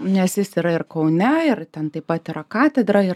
nes jis yra ir kaune ir ten taip pat yra katedra ir